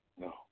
No